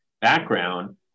background